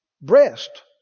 Breast